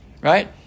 right